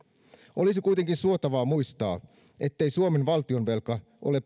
olisi kuitenkin suotavaa muistaa ettei suomen valtionvelka ole